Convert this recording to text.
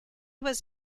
was